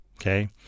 okay